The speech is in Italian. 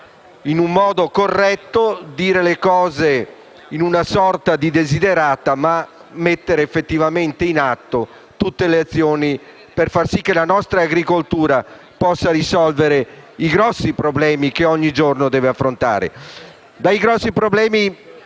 in un modo corretto o in una sorta di desiderata, bensì mettere in atto tutte le azioni per fare in modo che la nostra agricoltura possa risolvere i grossi problemi che ogni giorno deve affrontare